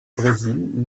brésil